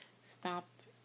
stopped